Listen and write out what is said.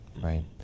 Right